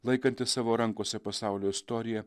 laikantį savo rankose pasaulio istoriją